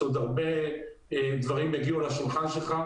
שעוד הרבה דברים יגיעו לשולחן שלך,